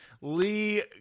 Lee